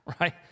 right